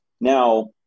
Now